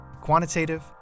quantitative